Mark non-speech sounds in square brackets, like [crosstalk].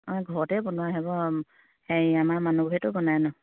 অঁ ঘৰতেই বনোৱা [unintelligible]